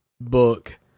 book